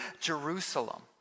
Jerusalem